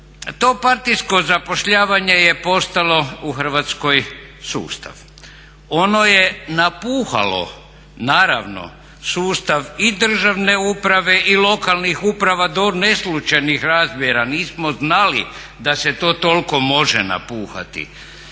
To partijsko zapošljavanje je postalo u Hrvatskoj sustav. Ono je napuhalo, naravno, sustav i državne uprave i lokalnih uprava do neslućenih razmjera, nismo znali da se to toliko može napuhati.